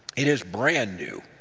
it is brand-new.